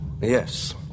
Yes